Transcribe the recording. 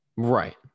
Right